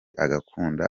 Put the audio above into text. agakunda